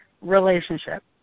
relationship